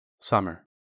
Summer